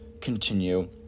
continue